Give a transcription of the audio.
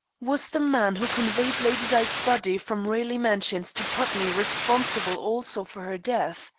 was the man who conveyed lady dyke's body from raleigh mansions to putney responsible also for her death?